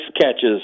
catches